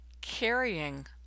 carrying